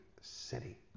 city